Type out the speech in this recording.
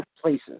places